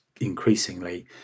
increasingly